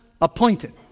appointed